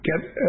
get